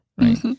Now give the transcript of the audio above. right